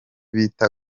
bita